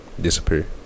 disappear